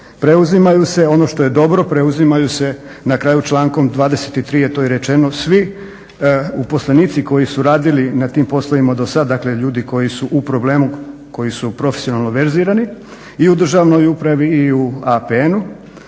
Preuzimaju se, ono što je dobro, preuzimaju se na kraju člankom 23. je to i rečeno svi uposlenici koji su radili na tim poslovima do sada, dakle, ljudi koji su u problemu, koji su profesionalno verzirani i u državnoj upravi i u APN-u.